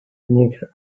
nigra